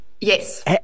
yes